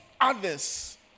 others